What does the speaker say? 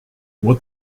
what